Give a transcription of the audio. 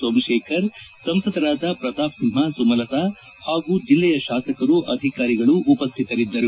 ಸೋಮಶೇಖರ್ ಸಂಸದರಾದ ಪ್ರತಾಪ್ ಸಿಂಹ ಸುಮಲತಾ ಹಾಗೂ ಜೆಲ್ಲೆಯ ಶಾಸಕರು ಅಧಿಕಾರಿಗಳು ಉಪಸ್ಥಿತರಿದ್ದರು